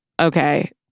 okay